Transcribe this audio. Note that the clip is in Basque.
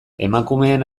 emakumeen